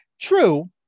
True